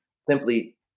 simply